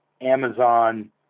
Amazon